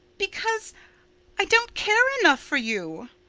because i don't care enough for you.